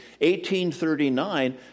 1839